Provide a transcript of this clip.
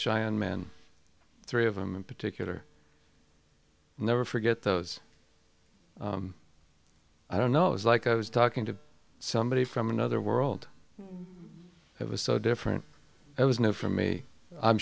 giant men three of them in particular never forget those i don't know it was like i was talking to somebody from another world it was so different it was new for me i'm